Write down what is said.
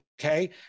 okay